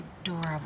adorable